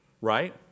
right